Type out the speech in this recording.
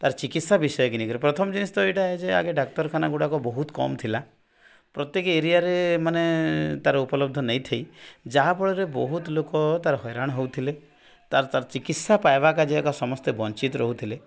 ତାର ଚିକିତ୍ସା ବିଷୟକୁ ନେଇକରି ପ୍ରଥମ ଜିନିଷ ତ ଏଟା ହେଲା ଯେ ଆଗେ ଡାକ୍ତରଖାନାଗୁଡ଼ାକ ବହୁତ କମ୍ ଥିଲା ପ୍ରତ୍ୟେକ ଏରିଆରେ ମାନେ ତାର ଉପଲବ୍ଧ ନଥିଲା ଯାହାଫଳରେ ବହୁତ ଲୋକ ତାର ହଇରାଣ ହେଉଥିଲେ ତାର ତାର ଚିକିତ୍ସା ପାଇବାରୁ ସମସ୍ତେ ବଞ୍ଚିତ ରହୁଥିଲେ